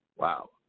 Wow